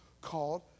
called